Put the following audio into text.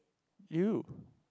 you